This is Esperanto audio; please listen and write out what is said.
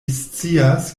scias